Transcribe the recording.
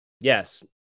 yes